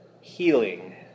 Healing